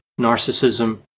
narcissism